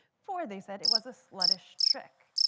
for they said it was a sluttish trick.